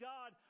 God